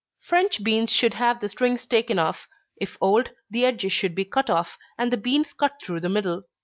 french beans should have the strings taken off if old, the edges should be cut off, and the beans cut through the middle.